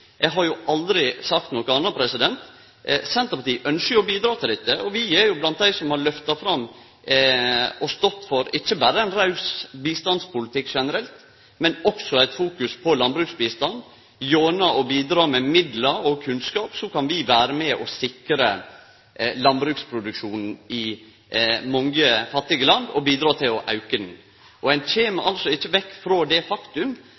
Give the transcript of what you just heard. Eg har aldri sagt noko anna. Senterpartiet ynskjer å bidra til dette. Vi er blant dei som har lyfta fram og stått for ikkje berre ein raus bistandspolitikk generelt, men også ei fokusering på landbruksbistand. Gjennom å bidra med midlar og kunnskap kan vi vere med og sikre produksjonen av landbruksprodukt i mange fattige land og bidra til å auke han. Ein kjem ikkje vekk frå det faktum